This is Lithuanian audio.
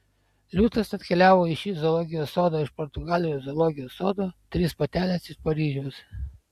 liūtas atkeliavo į šį zoologijos sodą iš portugalijos zoologijos sodo trys patelės iš paryžiaus